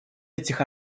этих